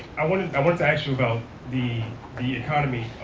i wanted to ask you about the the economy